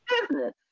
business